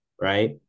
right